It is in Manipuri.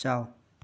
ꯆꯥꯎ